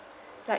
like